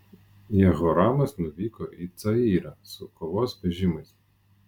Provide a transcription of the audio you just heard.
jehoramas nuvyko į cayrą su kovos vežimais